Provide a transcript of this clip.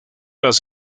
las